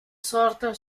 sorta